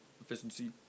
Efficiency